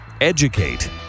educate